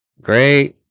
Great